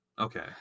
Okay